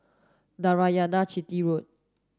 Narayanan Chetty Road